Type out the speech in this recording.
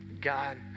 God